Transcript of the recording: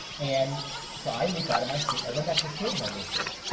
and so i leap out of my seat, i run back to the stage manager's booth,